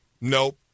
nope